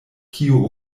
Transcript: kio